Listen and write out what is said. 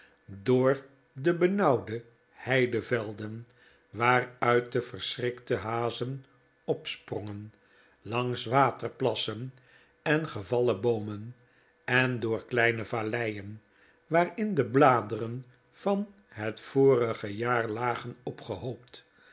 door de bedauwde heidevelden waaruit de verschrikte hazen opsprongen langs waterplassen en gevallen boomen en door kleine valleien waarin de bladeren van het vorige jaar lagen opgehoopt